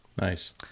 Nice